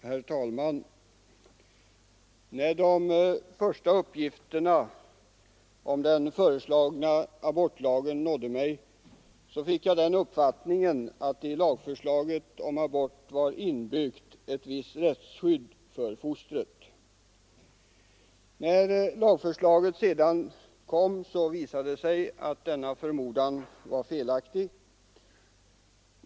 Herr talman! När de första uppgifterna om den föreslagna abortlagen nådde mig fick jag den uppfattningen att det i förslaget till abortlag var inbyggt ett visst rättsskydd för fostret. När lagförslaget sedan kom visade det sig att denna förmodan var felaktig.